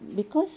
cause